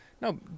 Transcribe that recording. No